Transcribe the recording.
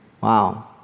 wow